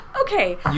Okay